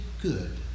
good